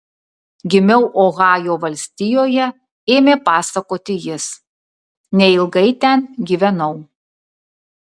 gimiau ohajo valstijoje ėmė pasakoti jis neilgai ten gyvenau